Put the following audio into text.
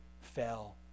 fell